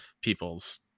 people's